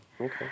Okay